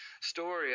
story